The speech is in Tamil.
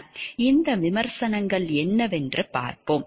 இந்த விமர்சனங்கள் என்னவென்று பார்ப்போம்